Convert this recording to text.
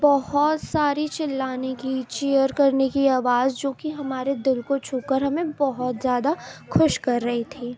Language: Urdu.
بہت ساری چلانے کی چیئر کرنے کی آواز جو کہ ہمارے دل کو چھو کر ہمیں بہت زیادہ خوش کر رہی تھی